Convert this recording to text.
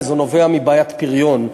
וזה נובע מבעיית פריון.